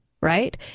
right